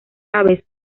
aves